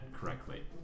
correctly